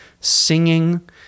singing